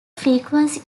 frequency